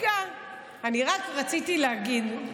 רק רציתי לומר,